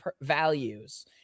values